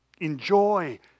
Enjoy